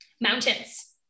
mountains